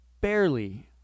barely